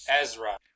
Ezra